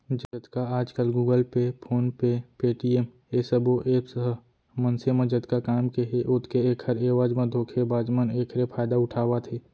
जतका आजकल Google Pay, PhonePe, Paytm ए सबो ऐप्स ह मनसे म जतका काम के हे ओतके ऐखर एवज म धोखेबाज मन एखरे फायदा उठावत हे